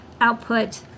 output